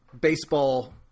baseball –